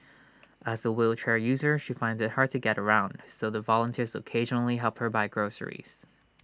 as A wheelchair user she finds IT hard to get around so the volunteers occasionally help her buy groceries